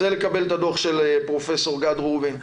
רוצה לקבל את הדוח של פרופ' גד לובין,